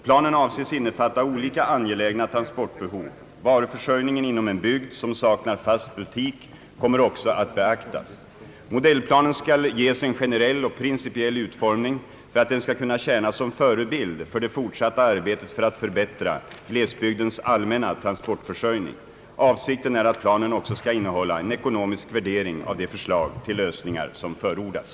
Planen avses innefatta olika angelägna transportbehov. Varuförsörjningen inom en bygd som saknar fast butik kommer också att beaktas. Modellplanen skall ges en generell och principiell utformning för att den skall kunna tjäna som förebild för det fortsatta arbetet för att förbättra glesbygdens allmänna transportförsörjning. Avsikten är att planen också skall innehålla en ekonomisk värdering av de förslag till lösningar som förordas.